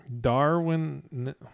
Darwin